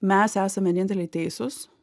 mes esam vieninteliai teisūs